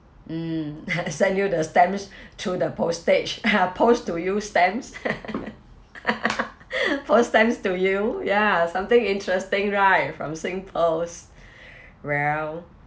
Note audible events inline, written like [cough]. mm [laughs] send you the stamps through the postage [laughs] post to use stamps [laughs] post stamps to you ya something interesting right from singpost well